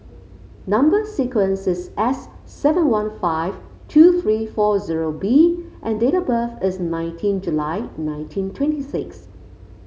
number sequence is S seven one five two three four zero B and date of birth is nineteen July nineteen twenty six